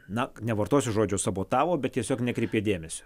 na nevartosiu žodžio sabotavo bet tiesiog nekreipė dėmesio